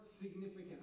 significant